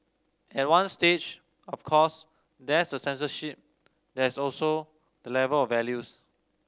at one stage of course there's the censorship there's also the level of values